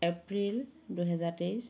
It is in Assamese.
এপ্ৰিল দুহেজাৰ তেইছ